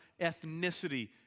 ethnicity